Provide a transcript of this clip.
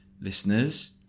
listeners